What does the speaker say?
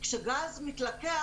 כשגז מתלקח,